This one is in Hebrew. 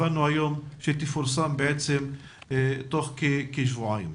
הבנו היום שהיא תפורסם תוך כשבועיים.